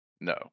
No